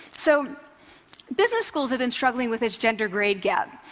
so business schools have been struggling with this gender grade gap.